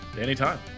Anytime